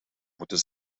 moeten